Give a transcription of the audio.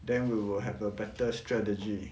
then we will have a better strategy